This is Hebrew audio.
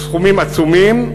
סכומים עצומים,